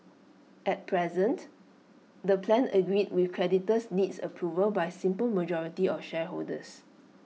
at present the plan agreed with creditors needs approval by simple majority of shareholders